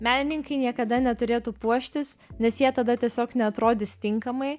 menininkai niekada neturėtų puoštis nes jie tada tiesiog neatrodys tinkamai